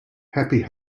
happy